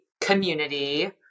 community